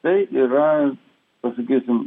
tai yra pasakysim